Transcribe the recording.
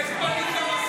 איך פנית למזכיר?